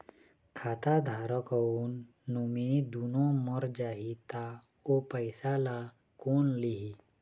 खाता धारक अऊ नोमिनि दुनों मर जाही ता ओ पैसा ला कोन लिही?